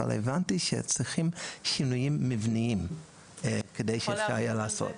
אבל הבנתי שצריכים שינויים מבניים כדי שיהיה אפשר לעשות.